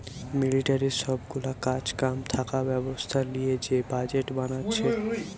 মিলিটারির সব গুলা কাজ কাম থাকা ব্যবস্থা লিয়ে যে বাজেট বানাচ্ছে